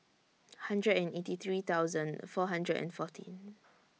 hundred and eighty three thousand four hundred and fourteen